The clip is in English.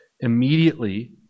immediately